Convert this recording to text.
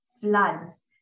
Floods